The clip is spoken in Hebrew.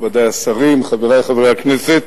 רבותי השרים, חברי חברי הכנסת,